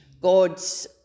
God's